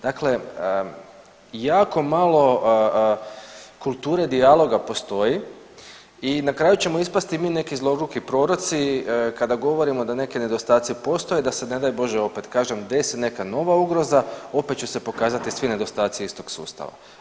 Dakle, jako malo kulture dijaloga postoji i na kraju ćemo ispasti mi neku zloguki proroci kada govorimo da neki nedostaci postoje, da se ne daj Bože opet, kažem, desi neka nova ugroza, opet će se pokazati svi nedostaci istog sustava.